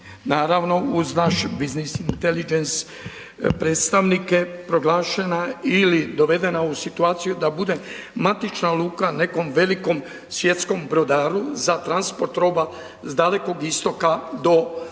…/Govornik se ne razumije./… predstavnike proglašena ili dovedena u situaciju da bude matična luka nekom velikom svjetskom brodaru za transport roba s Dalekog Istoka, do